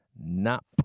Nap